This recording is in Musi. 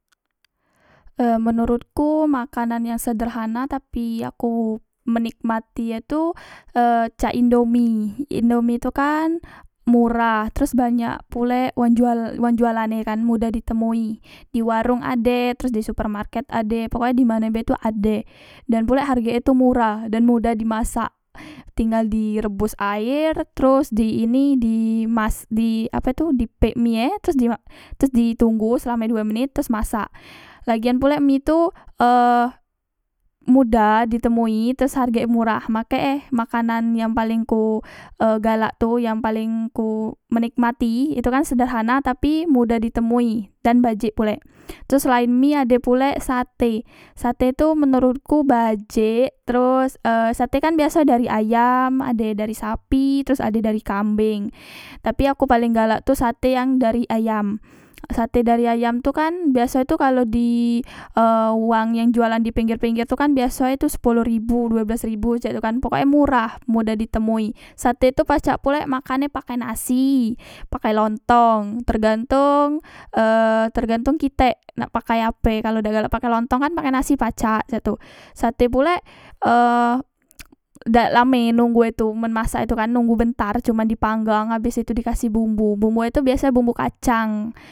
Eh menorotku makanan yang sederhana tapi aku menikmati e tu e cak indomie indomie tu kan murah terus banyak pulek wang jualane kan mudah di temui di warong ade teros di supermarket ade pokok e dimane be tu ade dan pulek hargek e tu murah dan mudah di masak tinggal di rebos aer teros di ini di mas di ape tu di pek mi e terus dik terus di tunggu selame due menit teros masak lagian pulek mie tu e mudah di temui terus hargek e murah makek e makanan yang paleng ku e galak tu yang paleng ku menikmati itu kan sederhana tapi mudah di temui dan bajik pulek teros selaen mie ade pulek sate sate tu menurutku bajik teros e satekan biaso dari ayam ade dari sapi teros ade dari kambeng tapi aku paleng galak tu sate yang dari ayam sate dari ayam tu kan biasoe tu kalo di e wang yang jualan di pengger pengger tu kan biaso e tu sepolo ribu due belas ribu cak tu kan pokok e murah mudah di temui sate tu pacak pulek makan e pakai nasi pakai lontong tergantong eh tergantok kitek nak pakai ape kalo dak galak pake lontong kan pake nasi pacak cak tu sate pulek e dak lame nunggu e tu men masak e tu kan nunggu bentar cuman di panggang abes itu di kasih bumbu bumbue tu biaso e bumbu kacang